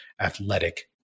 athletic